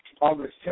August